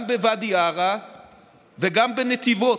גם בוואדי עארה וגם בנתיבות,